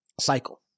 cycle